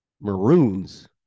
Maroons